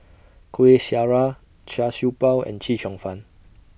Kueh Syara Char Siew Bao and Chee Cheong Fun